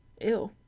Ew